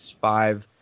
five –